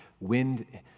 wind